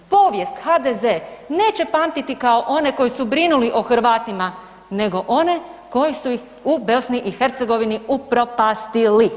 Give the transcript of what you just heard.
Povijest HDZ neće pamtiti kao one koji su brinuli o Hrvatima nego one koji su ih u BiH upropastili.